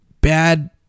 bad